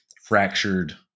fractured